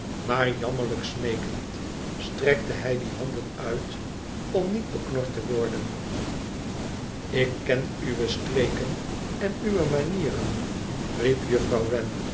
maar jammerlijk smeekend strekte hij die handen uit om niet beknord te worden lik ken uwe streken en uwe manieren riep jufifrouw